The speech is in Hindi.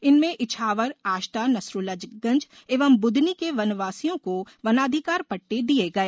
इनमें इछावर आष्टा नसरूल्लागंज एवं बुधनी के वनवासियों को वनाधिकार पट्टे दिए गए